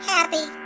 Happy